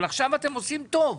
אבל עכשיו אתם עושים טוב.